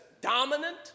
dominant